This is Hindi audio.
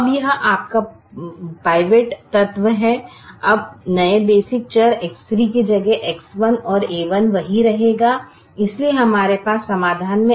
अब यह आपका पिवोट तत्व है अब नए बेसिक चर X3 की जगह X1 और a1 वही रहता हैं इसलिए हमारे पास समाधान में X1 और a1 होंगे